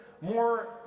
more